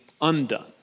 undone